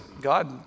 God